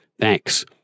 Thanks